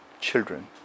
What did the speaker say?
children